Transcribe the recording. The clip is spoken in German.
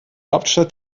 hauptstadt